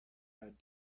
that